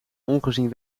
ongezien